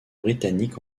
britannique